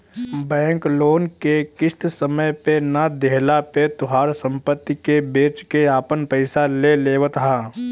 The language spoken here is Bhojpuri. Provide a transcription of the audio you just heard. बैंक लोन के किस्त समय पे ना देहला पे तोहार सम्पत्ति के बेच के आपन पईसा ले लेवत ह